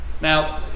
Now